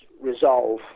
resolve